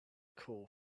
call